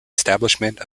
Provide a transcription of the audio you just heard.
establishment